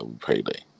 payday